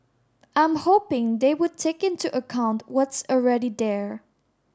I'm hoping they would take into account what's already there